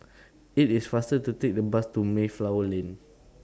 IT IS faster to Take The Bus to Mayflower Lane